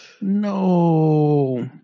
No